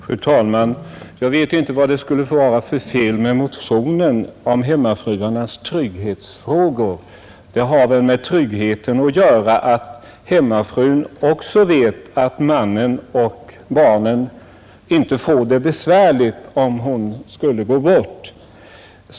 Fru talman! Jag vet inte vad det skulle vara för fel med motionen om hemmafruarnas trygghetsfrågor. Det har väl också med tryggheten att göra att hemmafrun vet att mannen och barnen inte får det besvärligt, om hon skulle gå bort.